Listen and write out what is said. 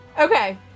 Okay